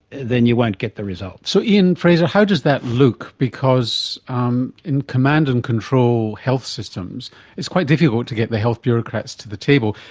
then you won't get the results. so ian frazer, how does that look? because um in command and control health systems it's quite difficult to get the health bureaucrats to the table,